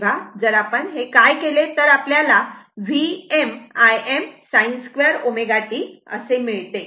तेव्हा जर आपण हे काय केले तर आपल्याला Vm Im sin 2 ω t असे मिळते